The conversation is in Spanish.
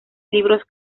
libros